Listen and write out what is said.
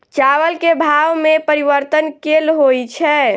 चावल केँ भाव मे परिवर्तन केल होइ छै?